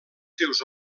seus